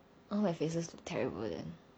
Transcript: all my faces look terrible then